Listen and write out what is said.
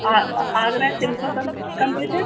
آ آگرہ سمکو کم کمپیوٹر